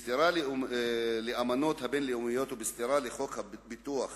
בסתירה לאמנות הבין-לאומיות ובסתירה לחוק ביטוח